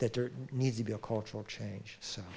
that there needs to be a cultural change so